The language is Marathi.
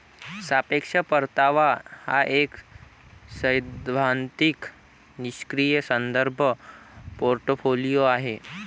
सापेक्ष परतावा हा एक सैद्धांतिक निष्क्रीय संदर्भ पोर्टफोलिओ आहे